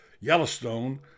Yellowstone